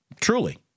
Truly